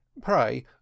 Pray